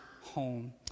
home